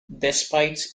despite